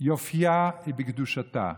יופייה הוא בקדושתה.